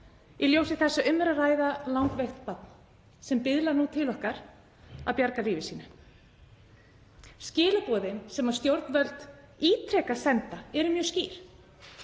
í ljósi þess að um er að ræða langveikt barn sem biðlar nú til okkar að bjarga lífi sínu. Skilaboðin sem stjórnvöld ítrekað senda eru mjög skýr: